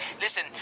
Listen